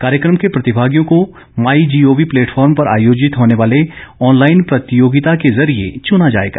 कार्यक्रम के प्रतिभागियों को माई जीओवी प्लेटफार्म पर आयोजित होने वाले ँऑनलाइन प्रतियोगिता के जरिये चुना जायेगा